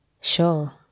Sure